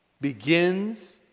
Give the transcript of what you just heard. begins